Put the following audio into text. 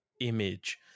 image